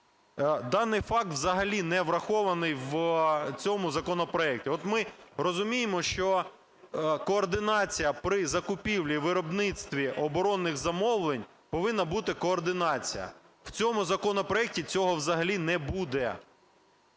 Даний факт взагалі не врахований в цьому законопроекті. От ми розуміємо, що координація при закупівлі, виробництві оборонних замовлень… повинна бути координація. В цьому законопроекті цього взагалі не буде.